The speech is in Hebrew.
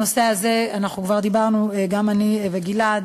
על הנושא הזה כבר דיברנו, גם אני וגלעד.